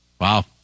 wow